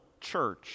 church